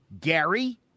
Gary